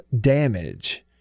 damage